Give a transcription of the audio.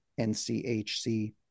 NCHC